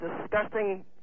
disgusting